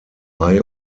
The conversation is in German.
mai